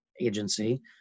agency